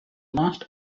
last